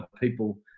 people